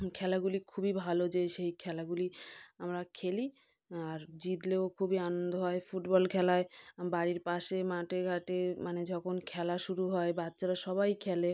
খেলাগুলি খুবই ভালো যে সেই খেলাগুলি আমরা খেলি আর জিতলেও খুবই আনন্দ হয় ফুটবল খেলায় বাড়ির পাশে মাটে ঘাটে মানে যখন খেলা শুরু হয় বাচ্চারা সবাই খেলে